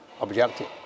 objective